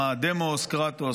מה הדמוס-קרטוס,